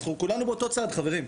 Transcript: אנחנו כולנו באותו צד, חברים.